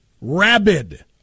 Rabid